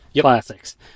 classics